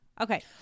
Okay